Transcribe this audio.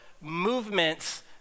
movements